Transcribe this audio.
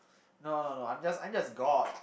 no no no I'm just I'm just god